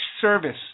service